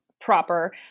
proper